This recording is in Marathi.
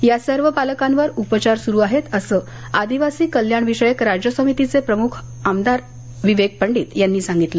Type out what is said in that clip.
या सर्व बालकांवर उपचार सुरू आहेत असं आदिवासी कल्याण विषयक राज्य समितीचे प्रमुख आमदार विवेक पंडित यांनी सांगितलं